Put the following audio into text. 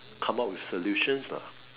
come up with solutions lah